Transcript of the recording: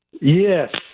Yes